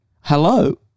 Hello